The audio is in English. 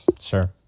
Sure